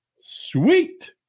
sweet